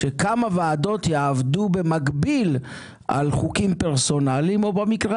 כדי שכמה ועדות יעבדו במקביל על חוקים פרסונליים או במקרה